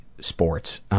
sports